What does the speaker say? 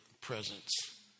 presence